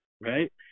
Right